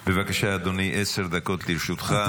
בבקשה, אדוני, עשר דקות לרשותך.